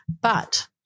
but-